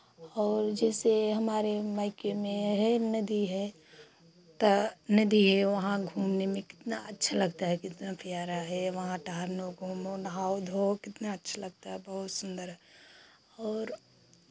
और जैसे हमारे मायके में है नदी है तो नदी है वहां घूमने में कितना अच्छा लगता है कितना प्यारा है वहां टहलो घूमो नहाओ धोओ कितना अच्छा लगता है बहुत सुन्दर और